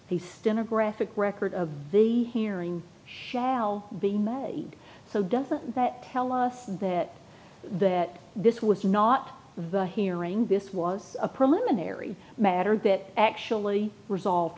demographic record of the hearing shall be made so doesn't that tell us that that this was not the hearing this was a preliminary matter that actually resolved